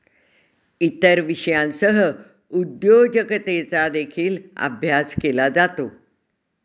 इतर विषयांसह उद्योजकतेचा देखील अभ्यास केला जातो